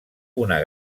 una